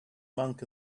monk